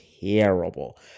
terrible